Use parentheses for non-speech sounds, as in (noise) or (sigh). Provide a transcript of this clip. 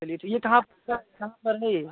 चलिए तो यह कहाँ (unintelligible) कहाँ पर है यह